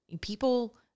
people